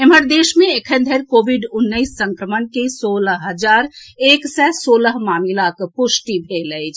एम्हर देश मे एखन धरि कोविड उन्नैस संक्रमण के सोलह हजार एक सय सोलह मामिलाक पुष्टि भेल अछि